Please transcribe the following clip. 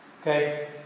Okay